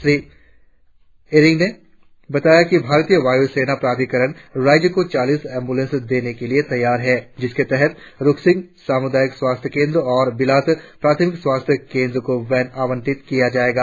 श्री एरिंग ने बताया कि भारतीय वायू सेना प्राधिकरण राज्य को चालीस एंबुलेंस देने के लिए तैयार है जिसके तेहत रुक्सिन सामुदायिक स्वास्थ्य केंद्र और बिलाट प्राथमिक स्वास्थ्य केंद्र को वेन आवंटित किया जाएगा